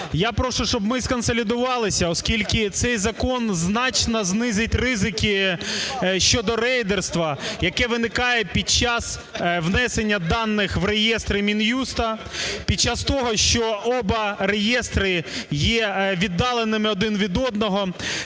я прошу, щоб ми сконсолідувалися, оскільки цей закон значно знизить ризики щодо рейдерства, яке виникає під час внесення даних в реєстри Мін'юсту під час того, що обидва реєстри є віддаленими один від одного.